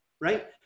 Right